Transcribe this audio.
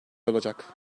olacak